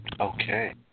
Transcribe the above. Okay